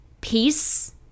peace